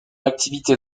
activité